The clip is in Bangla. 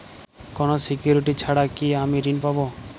কোনো সিকুরিটি ছাড়া কি আমি ঋণ পাবো?